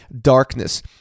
darkness